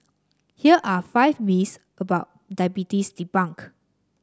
here are five myths about diabetes debunked